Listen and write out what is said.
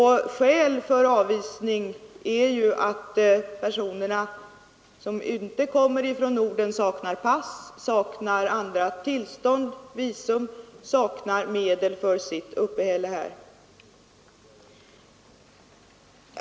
Skäl för avvisning av personer som inte kommer från Norden är att de saknar pass, saknar andra tillstånd, saknar visum eller saknar medel för sitt uppehälle här.